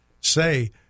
say